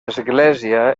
església